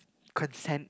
consent